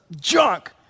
junk